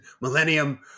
millennium